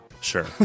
Sure